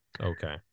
Okay